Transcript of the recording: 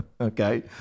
okay